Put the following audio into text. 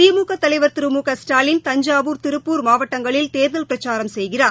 திமுக தலைவர் திரு மு க எட்டாலின் தஞ்சவூர் திருப்பூர் மாவட்டங்களில் தோதல் பிரச்சாரம் செய்கிறார்